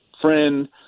friend